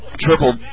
triple